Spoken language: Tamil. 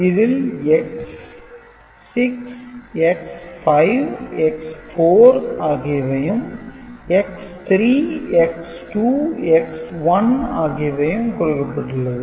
இதில் X6 X5 X4 ஆகியவையும் X3 X2 X1 ஆகியவையும் குறிக்கப்பட்டுள்ளது